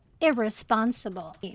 irresponsible